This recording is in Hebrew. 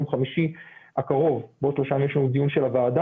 ביום חמישי הקרוב בעוד שלושה ימים יש לנו דיון של הוועדה,